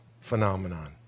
phenomenon